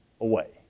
away